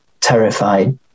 terrified